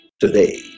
today